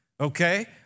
okay